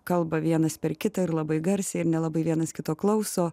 kalba vienas per kitą ir labai garsiai ir nelabai vienas kito klauso